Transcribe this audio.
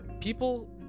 People